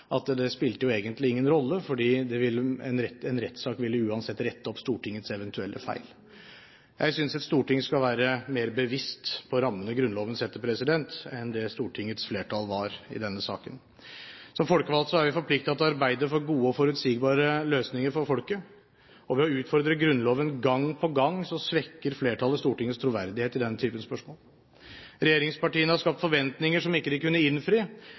at det spilte jo egentlig ingen rolle, fordi en rettssak ville uansett rette opp Stortingets eventuelle feil. Jeg synes et storting skal være mer bevisst på rammene Grunnloven setter, enn det stortingsflertallet var i denne saken. Som folkevalgte er vi forpliktet til å arbeide for gode og forutsigbare løsninger for folket. Ved å utfordre Grunnloven gang på gang svekker flertallet Stortingets troverdighet i den type spørsmål. Regjeringspartiene har skapt forventninger som de ikke kunne innfri.